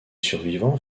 survivants